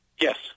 Yes